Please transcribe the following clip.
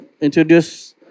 introduce